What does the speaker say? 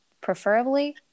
preferably